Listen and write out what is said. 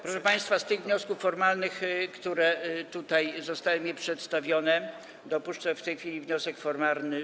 Proszę państwa, z tych wniosków formalnych, które zostały mi tutaj przedstawione, dopuszczę w tej chwili wniosek formalny.